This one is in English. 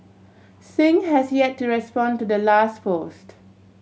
Singh has yet to respond to the last post